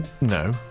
No